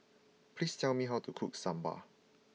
please tell me how to cook Sambar